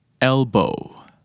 Elbow